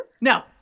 No